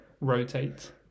rotate